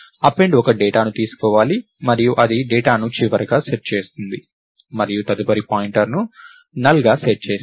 append ఒక డేటాను తీసుకోవాలి మరియు అది డేటాను చివరిగా సెట్ చేస్తుంది మరియు తదుపరి పాయింటర్ను నల్ గా సెట్ చేస్తుంది